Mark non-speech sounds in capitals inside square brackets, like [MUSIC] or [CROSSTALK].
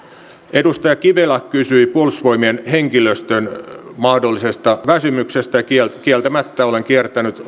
edustaja kivelä kysyi puolustusvoimien henkilöstön mahdollisesta väsymyksestä ja kieltämättä olen kiertänyt [UNINTELLIGIBLE]